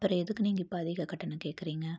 அப்புறம் எதுக்கு நீங்கள் இப்போ அதிக கட்டணம் கேட்குறீங்க